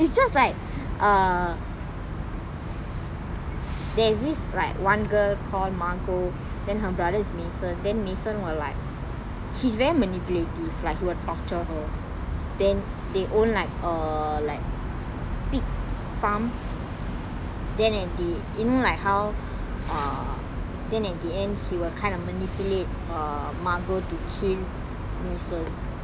it's just like err there is this like one girl call mago then her brother is mason then mason were like he's very manipulative like he will torture her then they own like err like big farm then you know like how then in the end he will kind of manipulate err mago to kill mason